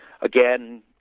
again